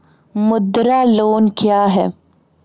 मुद्रा लोन क्या हैं?